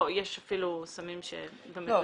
יש אפילו סמים ש- -- רגע,